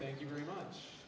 thank you very much